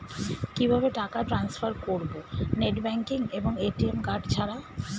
কিভাবে টাকা টান্সফার করব নেট ব্যাংকিং এবং এ.টি.এম কার্ড ছাড়া?